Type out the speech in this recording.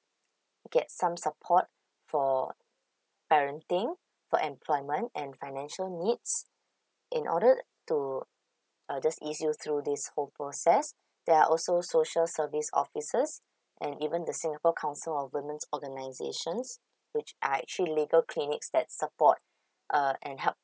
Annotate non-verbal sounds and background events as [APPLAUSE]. get some support for parenting for employment and financial needs in order to uh just ease you through this whole process there are also social service offices and even the singapore council of women's organisations which are actually legal clinics that support [BREATH] uh and help